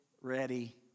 ready